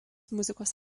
muzikos